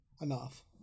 enough